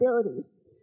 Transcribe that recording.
abilities